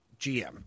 GM